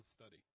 study